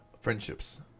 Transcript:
friendships